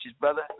brother